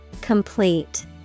Complete